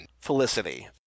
Felicity